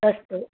अस्तु